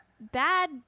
bad